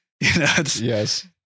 Yes